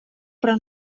però